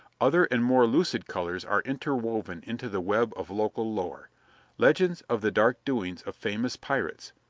other and more lurid colors are interwoven into the web of local lore legends of the dark doings of famous pirates,